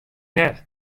net